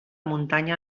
muntanya